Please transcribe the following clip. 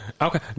Okay